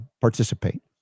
participate